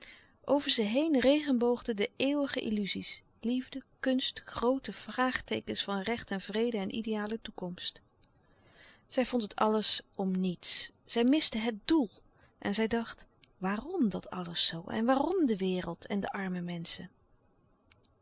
over ze heen regenboogden de eeuwige illuzies liefde kunst groote vraagteekens van recht en vrede en ideale toekomst zij vond het alles om niets zij miste het doel en zij dacht waarom dat alles zoo en waarom de wereld en de arme menschen